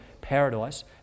paradise